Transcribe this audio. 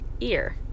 ear